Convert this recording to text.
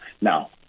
Now